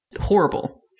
horrible